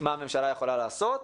מה הממשלה יכולה לעשות.